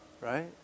right